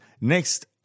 next